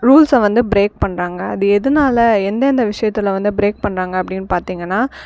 ரூல்ஸை வந்து பிரேக் பண்ணுறாங்க அது எதுனால் எந்தெந்த விஷயத்தில் வந்து பிரேக் பண்ணுறாங்க அப்படின்னு பார்த்தீங்கன்னா